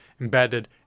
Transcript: embedded